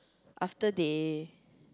after they